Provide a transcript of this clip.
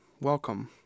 welcome